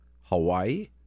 Hawaii